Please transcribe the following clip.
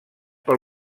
pel